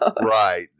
right